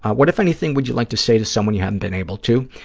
ah what, if anything, would you like to say to someone you haven't been able to?